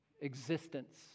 existence